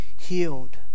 healed